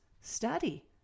study